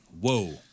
Whoa